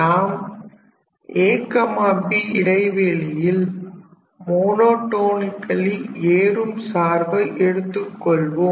நாம் ab இடைவெளியில் monotonically ஏறும் சார்பை எடுத்துக்கொள்வோம்